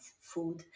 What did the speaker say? food